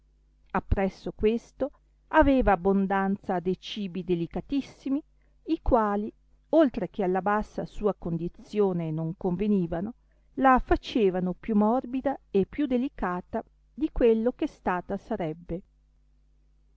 l'avanzasse appresso questo aveva abondanza de cibi delicatissimi i quali oltre che alla bassa sua condizione non convenivano la facevano più morbida e più delicata di quello che stata sarebbe